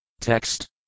Text